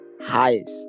highest